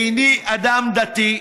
איני אדם דתי,